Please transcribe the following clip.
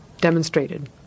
demonstrated